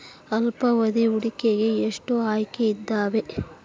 ಅಲ್ಪಾವಧಿ ಹೂಡಿಕೆಗೆ ಎಷ್ಟು ಆಯ್ಕೆ ಇದಾವೇ?